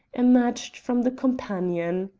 emerged from the companion.